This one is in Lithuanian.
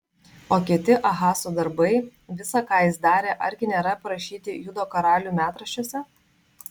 o kiti ahazo darbai visa ką jis darė argi nėra aprašyti judo karalių metraščiuose